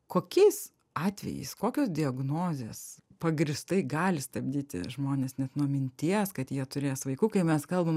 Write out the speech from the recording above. kokiais atvejais kokios diagnozės pagrįstai gali stabdyti žmones net nuo minties kad jie turės vaikų kai mes kalbam